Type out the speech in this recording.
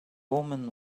woman